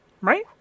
Right